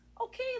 okay